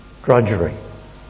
Drudgery